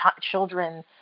children